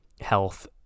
health